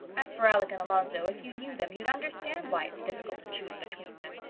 as for alec and alonzo, if you knew them you'd understand why it's difficult to choose between them.